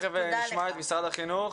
תיכף נשמע את משרד החינוך.